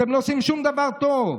אתם לא עושים שום דבר טוב.